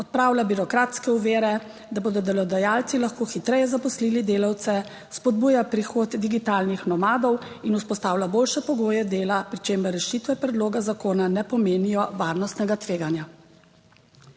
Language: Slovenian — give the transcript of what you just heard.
odpravlja birokratske ovire, da bodo delodajalci lahko hitreje zaposlili delavce, spodbuja prihod digitalnih nomadov in vzpostavlja boljše pogoje dela, pri čemer rešitve predloga zakona ne pomenijo varnostnega tveganja.